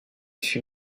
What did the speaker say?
fut